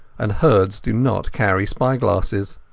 and herds do not carry spy-glasses.